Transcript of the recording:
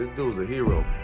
this dude's a hero.